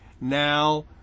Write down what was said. now